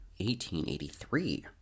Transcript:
1883